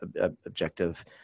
objective